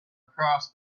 across